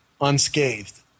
unscathed